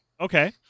Okay